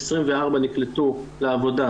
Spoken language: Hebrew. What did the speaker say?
24 נקלטו לעבודה,